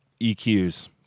EQs